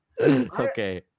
Okay